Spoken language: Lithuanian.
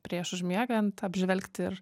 prieš užmiegant apžvelgti ir